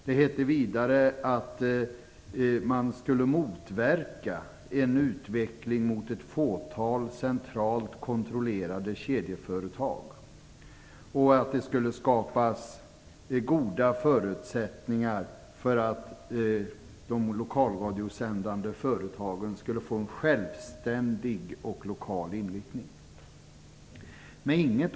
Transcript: Det hette vidare att man skulle motverka en utveckling mot ett fåtal centralt kontrollerade kedjeföretag och att det skulle skapas goda förutsättningar för att de lokalradiosändande företagen skulle få en självständig och lokal inriktning.